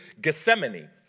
Gethsemane